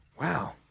Wow